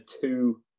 two